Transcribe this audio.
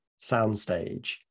soundstage